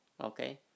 okay